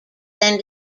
then